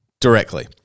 directly